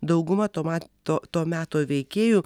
dauguma to mato to meto veikėjų